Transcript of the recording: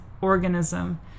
organism